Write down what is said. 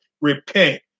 repent